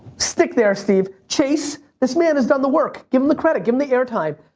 stick there steve. chase, this man has done the work, give him the credit. give him the air time.